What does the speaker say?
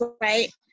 right